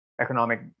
economic